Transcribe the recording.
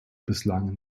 bislang